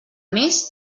més